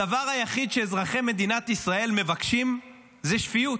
הדבר היחיד שאזרחי מדינת ישראל מבקשים הוא שפיות.